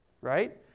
Right